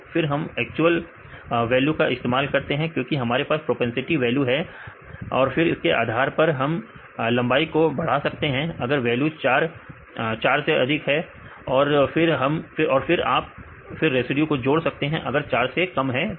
फिर हम actual value का इस्तेमाल करते हैं क्योंकि हमारे पास प्रोपेंसिटी वैल्यू है ऑफिस के आधार पर आप लंबाई को बढ़ा सकते हैं अगर वैल्यू 4 4 से अधिक है तो और फिर आप फिर रेसिड्यू को जोड़ सकते हैं अगर 4 से कम है तो